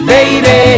Baby